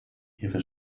ihre